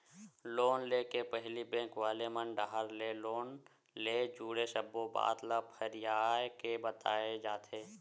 loan ले के पहिली बेंक वाले मन डाहर ले लोन ले जुड़े सब्बो बात ल फरियाके बताए जाथे